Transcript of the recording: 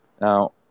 Now